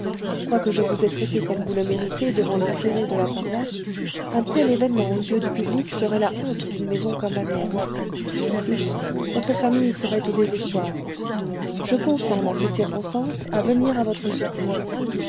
quoique je vous aie traitée comme vous le méritez devant le curé de la paroisse un tel événement aux yeux du public serait la honte d'une maison comme la mienne de plus votre famille serait au désespoir je consens dans cette circonstance à venir à votre secours